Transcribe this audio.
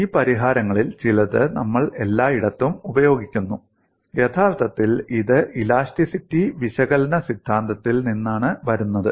ഈ പരിഹാരങ്ങളിൽ ചിലത് നമ്മൾ എല്ലായിടത്തും ഉപയോഗിക്കുന്നു യഥാർത്ഥത്തിൽ ഇത് ഇലാസ്റ്റിറ്റി വിശകലന സിദ്ധാന്തത്തിൽ നിന്നാണ് വരുന്നത്